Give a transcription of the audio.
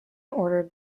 ordered